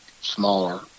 smaller